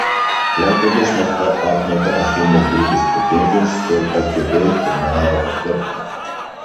klaipėdos nafta atmeta achemos grupės pretenzijas dėl sgd terminalo pertvarkymo